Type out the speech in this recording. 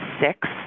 six